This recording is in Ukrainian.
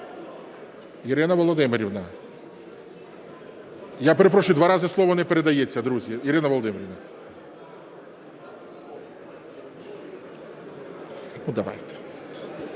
Ірина Володимирівна. Я перепрошую, два рази слово не передається, друзі. Ірина Володимирівна. Ну давайте,